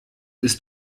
ist